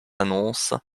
annonces